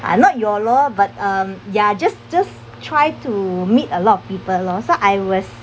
I'm not YOLO but um ya just just try to to meet a lot of people lor so I was